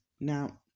Now